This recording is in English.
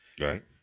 Right